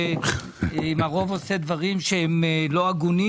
אם הרוב עושה דברים שהם לא הגונים,